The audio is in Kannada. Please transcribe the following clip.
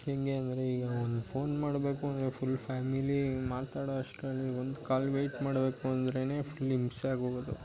ಹೇಗೆ ಅಂದರೆ ಈಗ ಒಂದು ಫೋನ್ ಮಾಡಬೇಕು ಅಂದರೆ ಫುಲ್ ಫ್ಯಾಮಿಲೀ ಮಾತಾಡೋ ಅಷ್ಟರಲ್ಲಿ ಒಂದು ಕಾಲ್ ವೈಟ್ ಮಾಡಬೇಕು ಅಂದ್ರೇ ಫುಲ್ ಹಿಂಸೆ ಆಗಿ ಹೋಗೋದು